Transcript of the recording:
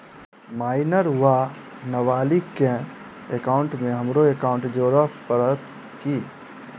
Minor वा नबालिग केँ एकाउंटमे हमरो एकाउन्ट जोड़य पड़त की?